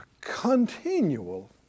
continual